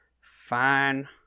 Fine